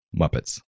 Muppets